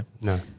No